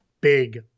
big